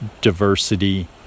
diversity